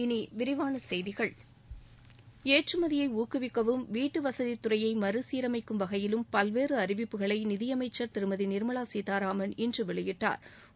இனி விரிவான செய்திகள் ஏற்றுமதியை ஊக்குவிக்கவும் வீட்டுவசதி துறையை மறுசீரமைக்கும் வகையிலும் பல்வேறு அறிவிப்புகளை நிதியமைச்சா் திருமதி நிா்மலா சீதாராமன் இன்று வெளியிட்டாா்